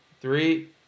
Three